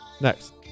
next